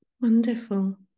Wonderful